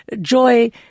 joy